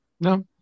no